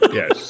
yes